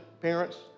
parents